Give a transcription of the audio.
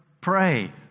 pray